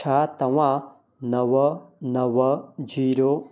छा तव्हां नव नव जीरो